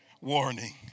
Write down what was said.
Warning